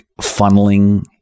funneling